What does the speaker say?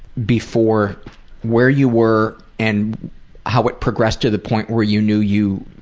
before where you were and how it progressed to the point where you knew you